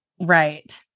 Right